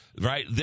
right